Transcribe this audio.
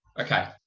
Okay